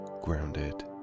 grounded